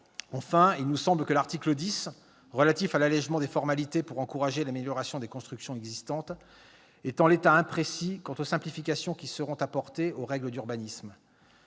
Enfin, il nous semble que l'article 10, relatif à l'allégement des formalités pour encourager l'amélioration des constructions existantes, est en l'état imprécis quant aux simplifications qui seront apportées aux règles d'urbanisme.